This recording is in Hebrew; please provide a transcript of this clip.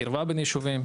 קרבה בין ישובים,